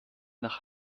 nach